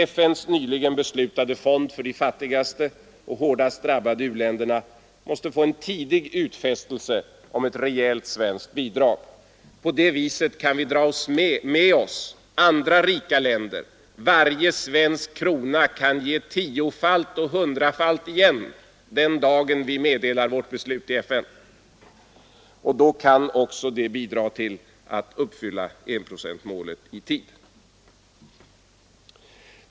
FN:s nyligen beslutade fond för de fattigaste och hårdast drabbade u-länderna måste få en tidig utfästelse om ett rejält svenskt bidrag. På det viset kan vi dra med oss andra rika länder. Varje svensk krona kan ge tiofalt och hundrafalt igen den dagen vi meddelar vårt beslut i FN, och då kan det också bidra till att uppfylla enprocentsmålet i tid.